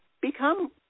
become